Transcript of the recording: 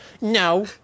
no